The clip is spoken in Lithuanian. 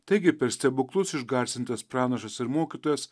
taigi per stebuklus išgarsintas pranašas ir mokytojas